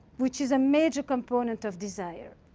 which is a major component of desire.